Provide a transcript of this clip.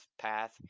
path